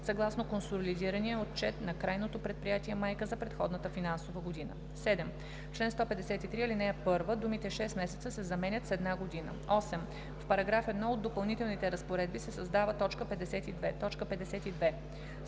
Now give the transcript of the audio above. съгласно консолидирания отчет на крайното предприятие майка за предходната финансова година.“ 7. В чл. 153, ал. 1 думите „6 месеца“ се заменят с „една година“. 8. В § 1 от допълнителните разпоредби се създава т.